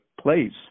place